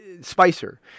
spicer